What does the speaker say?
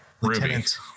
Lieutenant